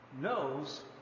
knows